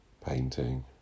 painting